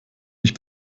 mich